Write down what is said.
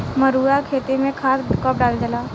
मरुआ के खेती में खाद कब डालल जाला?